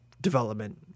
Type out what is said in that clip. development